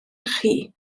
chi